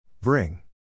Bring